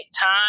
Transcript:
time